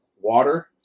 water